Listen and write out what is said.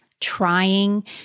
trying